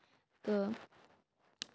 تہٕ